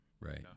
Right